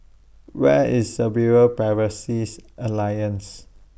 Where IS Cerebral Palsy Alliance